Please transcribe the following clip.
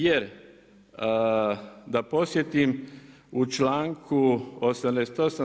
Jer da podsjetim, u članku 88.